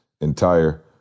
entire